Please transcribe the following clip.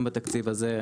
גם בתקציב הזה,